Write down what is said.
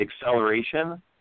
acceleration